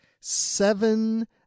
seven